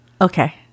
Okay